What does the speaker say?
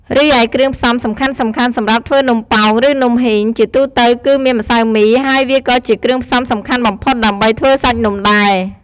រីឯគ្រឿងផ្សំសំខាន់ៗសម្រាប់ធ្វើនំប៉ោង ឬ នំហុីង ជាទូទៅគឺមានម្សៅមី ហើយវាក៏ជាគ្រឿងផ្សំសំខាន់បំផុតដើម្បីធ្វើសាច់នំដែរ។